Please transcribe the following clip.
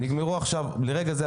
נגמרו הבירורים מרגע זה,